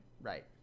right